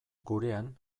gurean